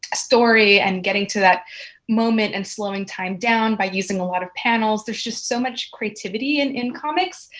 story and getting to that moment and slowing time down by using a lot of panels, there's just so much creativity and in comics.